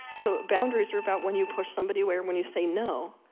so, boundaries are about when you push somebody away or when you say no.